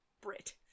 Brit